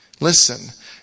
Listen